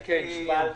איך פעלנו.